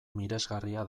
miresgarria